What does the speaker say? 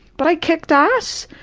but i kicked ass.